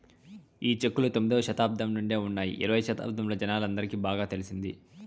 ఈ చెక్కులు తొమ్మిదవ శతాబ్దం నుండే ఉన్నాయి ఇరవై శతాబ్దంలో జనాలందరికి బాగా తెలిసింది